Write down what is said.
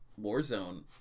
Warzone